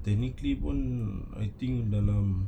technically won't I think dalam